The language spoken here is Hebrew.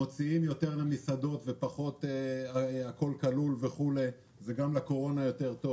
מוציאים יותר למסעדות ופחות "הכול כלול" וכולי גם לקורונה זה טוב יותר